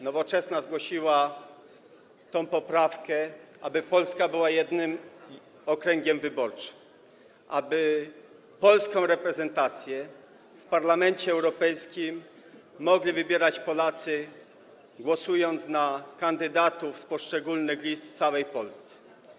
Nowoczesna zgłosiła poprawkę, zaproponowała, aby Polska była jednym okręgiem wyborczym, aby polską reprezentację w Parlamencie Europejskim mogli wybierać Polacy, głosując na kandydatów z poszczególnych list, takich samych w całej Polsce.